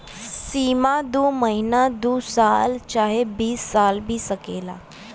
सीमा दू महीना दू साल चाहे बीस सालो भी सकेला